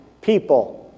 people